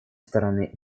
стороны